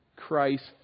Christ